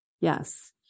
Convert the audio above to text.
yes